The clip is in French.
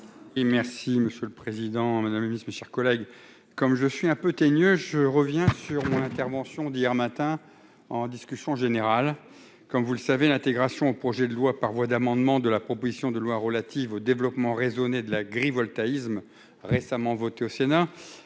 monsieur le président, vice-mes chers collègues, comme je suis un peu teigne, je reviens sur mon intervention d'hier matin en discussion générale comme vous le savez l'intégration au projet de loi par voie d'amendement de la proposition de loi relative au développement raisonné de l'agrivoltaïsme, récemment votée au Sénat